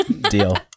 Deal